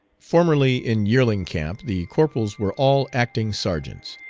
formerly in yearling camp the corporals were all acting sergeants.